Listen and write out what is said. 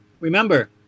Remember